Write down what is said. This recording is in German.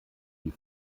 die